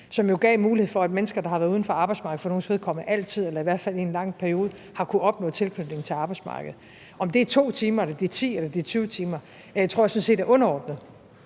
jo gav mulighed for, at mennesker, der har været uden for arbejdsmarkedet, for nogles vedkommende altid eller i hvert fald i en lang periode, har kunnet opnå tilknytning til arbejdsmarkedet. Om det er 2 timer eller 10 eller 20 timer, tror jeg sådan set er underordnet.